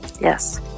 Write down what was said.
yes